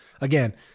again